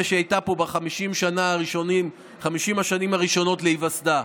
שהייתה פה ב-50 השנים הראשונות להיווסדה.